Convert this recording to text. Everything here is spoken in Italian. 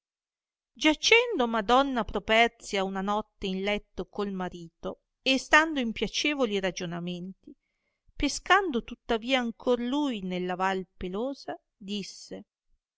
giacendo madonna properzia una notte in letto col marito e stando in piacevoli ragionamenti pescando tuttavia ancor lui nella valle pelosa disse